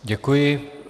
Děkuji.